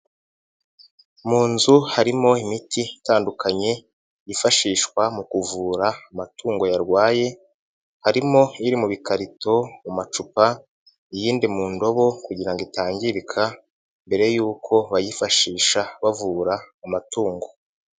Mu nzu harimo imiti itandukanye yifashishwa mu kuvura amatungo yarwaye, harimo iri mu bikarito, mu macupa iyindi mu ndobo kugira ngo itangirika mbere y'uko bayifashisha bavura amatungo.